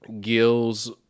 gills